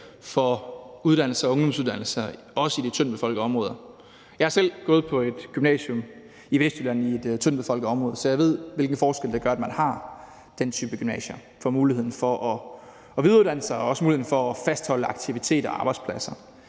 for uddannelser og ungdomsuddannelser, også i de tyndtbefolkede områder. Jeg har selv gået på et gymnasium i Vestjylland i et tyndtbefolket område, så jeg ved, hvilken forskel det gør, at man har den type gymnasier, for muligheden for at videreuddanne sig og også muligheden for at fastholde aktiviteter og arbejdspladser.